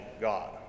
God